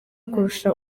kurusha